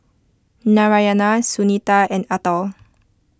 Narayana Sunita and Atal